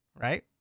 right